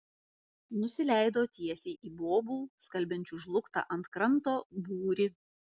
nusileido tiesiai į bobų skalbiančių žlugtą ant kranto būrį